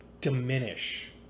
diminish